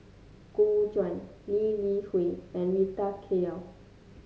Gu Juan Lee Li Hui and Rita Chao